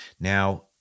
Now